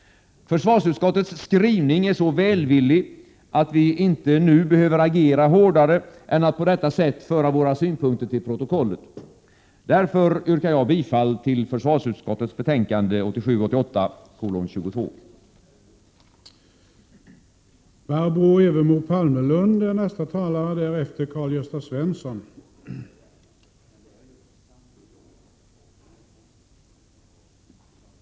Försvarsutskottets skrivning är så välvillig att vi inte nu behöver agera hårdare än att på detta sätt föra våra synpunkter till protokollet. Därför yrkar jag bifall till hemställan i försvarsutskottets betänkande 1987/88:11.